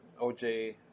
OJ